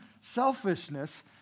selfishness